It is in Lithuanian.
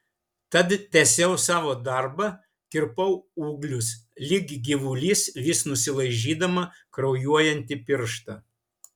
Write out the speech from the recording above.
tad tęsiau savo darbą kirpau ūglius lyg gyvulys vis nusilaižydama kraujuojantį pirštą